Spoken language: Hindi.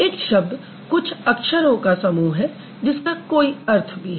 एक शब्द कुछ अक्षरों का समूह है जिसका कोई अर्थ भी है